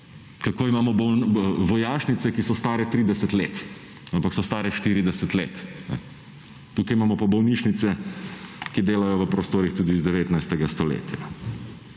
Kako imamo vojašnice, ki so stare 30 let, ampak so stare 40 let. Tukaj imamo pa bolnišnice, ki delajo v prostorih tudi z 19. stoletja.